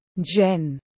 Jen